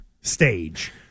stage